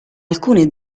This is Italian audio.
alcune